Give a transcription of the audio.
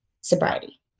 sobriety